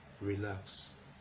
relax